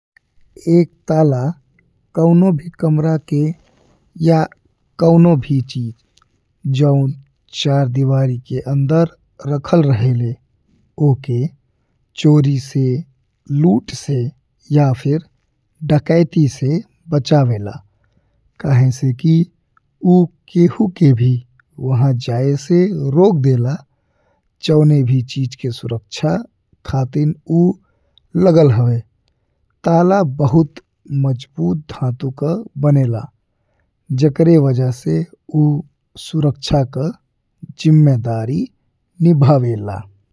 एक ताला कौनो भी कमरा के या कौनो भी चीज जौन चार दीवारी के अंदर रखल रहेले उके चोरी से, लूट से या फिर डकैती से बचावेला। कहेन से कि ऊ केहु के भी वहाँ जाए से रोक देला जौने भी चीज के सुरक्षा खातिर ऊ लगल हवे ताला बहुत मजबूत धातु का बनेला जेकरे वजह से ऊ सुरक्षा का जिम्मेदारी निभावेला।